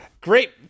Great